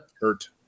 Hurt